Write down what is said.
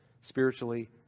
spiritually